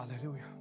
Hallelujah